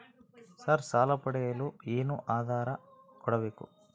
Sir ಸಾಲ ಪಡೆಯಲು ಏನು ಆಧಾರ ಕೋಡಬೇಕು?